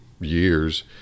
years